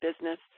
business